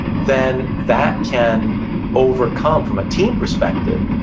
than that can overcome, from a team perspective,